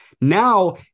Now